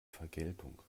vergeltung